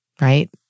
right